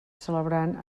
celebrant